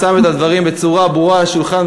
אנחנו בשיעור היסטוריה משותף,